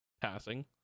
passing